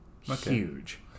huge